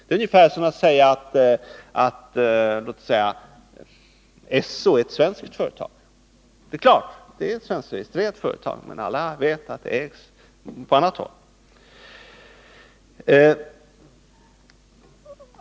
Det är ungefär som att säga att ESSO är ett svenskt företag. Det är ett svenskregistrerat företag, men alla vet att ägarna finns på annat håll.